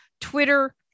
Twitter